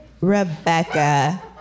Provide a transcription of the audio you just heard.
Rebecca